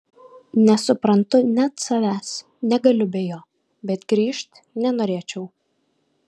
nesuprantu net savęs negaliu be jo bet grįžt nenorėčiau